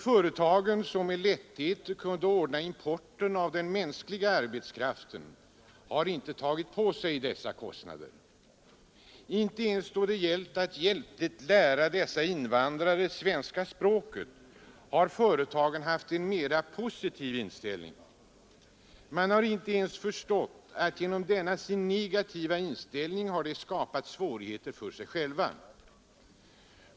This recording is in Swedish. Företagen, som med lätthet kunde ordna importen av denna mänskliga arbetskraft, har inte tagit på sig dessa kostnader. Inte ens då det gällt att hjälpligt lära dessa invandrare svenska språket har företagen haft en mer positiv inställning. De har inte ens förstått att de genom denna sin negativa inställning har skapat svårigheter för sig själva.